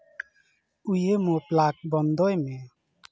ᱩᱭᱮᱢᱳ plug ᱵᱚᱱᱫᱚᱭ ᱢᱮ